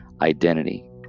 identity